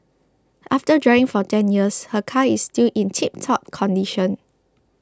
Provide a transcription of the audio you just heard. after driving for ten years her car is still in tiptop condition